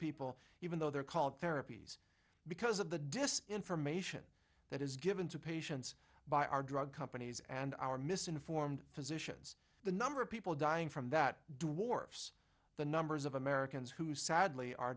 people even though they're called therapies because of the display information that is given to patients by our drug companies and our misinformed physicians the number of people dying from that dwarfs the numbers of americans who sadly are